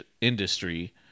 industry